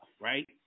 right